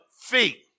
feet